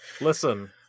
listen